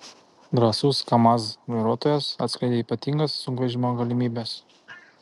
drąsus kamaz vairuotojas atskleidė ypatingas sunkvežimio galimybes